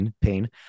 pain